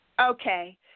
Okay